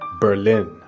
Berlin